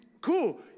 cool